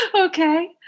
Okay